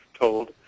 told